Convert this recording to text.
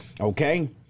Okay